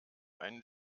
einen